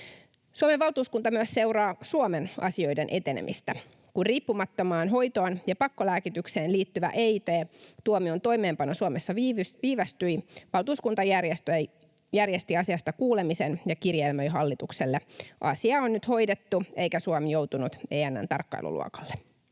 Suomen valtuuskunta myös seuraa Suomen asioiden etenemistä. Kun riippumattomaan hoitoon ja pakkolääkitykseen liittyvän EIT-tuomion toimeenpano Suomessa viivästyi, valtuuskunta järjesti asiasta kuulemisen ja kirjelmöi hallitukselle. Asia on nyt hoidettu, eikä Suomi joutunut EN:n tarkkailuluokalle.